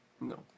No